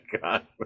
god